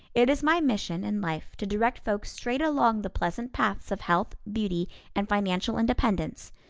it is my mission in life to direct folks straight along the pleasant paths of health, beauty and financial independence,